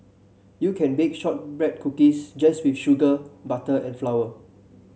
you can bake shortbread cookies just with sugar butter and flour